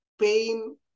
pain